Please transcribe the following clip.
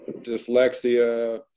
dyslexia